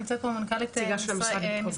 נמצאת פה המנכ"לית של משרד החקלאות,